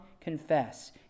confess